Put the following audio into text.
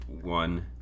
one